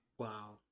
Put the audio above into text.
Wow